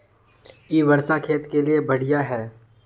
इ वर्षा खेत के लिए बढ़िया है?